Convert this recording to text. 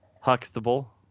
huxtable